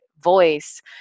voice